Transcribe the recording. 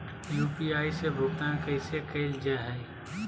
UPI से भुगतान कैसे कैल जहै?